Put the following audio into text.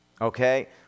Okay